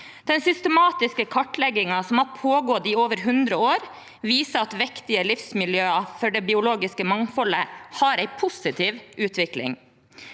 Den systematiske kartleggingen som har pågått i over 100 år, viser at viktige livsmiljøer for det biologiske mangfoldet har en positiv utvikling.